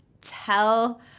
tell